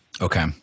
okay